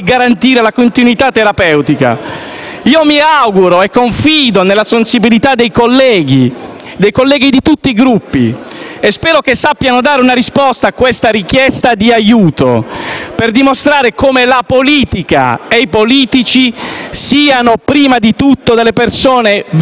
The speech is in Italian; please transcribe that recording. terapeutica. Confido nella sensibilità dei colleghi di tutti i Gruppi e spero che sappiano dare una risposta a questa richiesta di aiuto, per dimostrare come la politica e i politici siano prima di tutto persone vicine ai bisogni di chi soffre